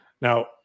now